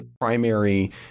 primary